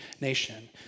nation